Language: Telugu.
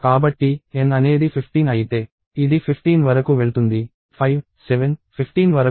కాబట్టి N అనేది 15 అయితే ఇది 15 వరకు వెళ్తుంది 5 7 15 వరకు వెళ్తుంది